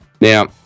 Now